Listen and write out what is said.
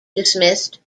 dismissed